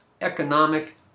economic